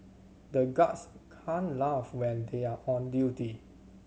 the guards can't laugh when they are on duty